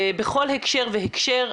בכל הקשר והקשר.